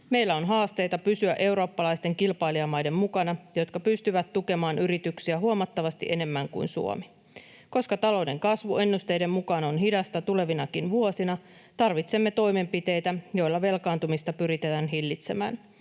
Meillä on haasteita pysyä eurooppalaisten kilpailijamaiden mukana, jotka pystyvät tukemaan yrityksiä huomattavasti enemmän kuin Suomi. Koska talouden kasvu ennusteiden mukaan on hidasta tulevinakin vuosina, tarvitsemme toimenpiteitä, joilla velkaantumista pyritään hillitsemään